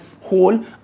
whole